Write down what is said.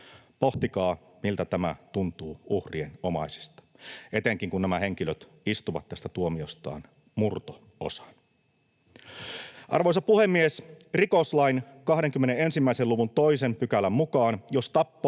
Pohtikaa, miltä tämä tuntuu uhrien omaisista, etenkin kun nämä henkilöt istuvat tästä tuomiostaan murto-osan. Arvoisa puhemies! Rikoslain 21 luvun 2 §:n mukaan jos tappo